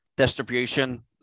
distribution